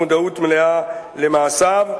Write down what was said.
מתוך מודעות מלאה למעשיו,